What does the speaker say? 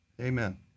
Amen